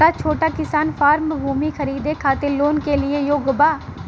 का छोटा किसान फारम भूमि खरीदे खातिर लोन के लिए योग्य बा?